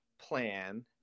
plan